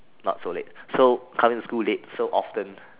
not so late so coming to school late so often